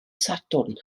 sadwrn